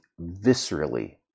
viscerally